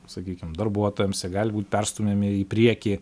sakykim darbuotojams jie gali būt perstumiami į priekį